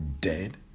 Dead